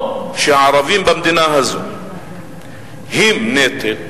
או שהערבים במדינה הזאת הם נטל,